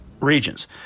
regions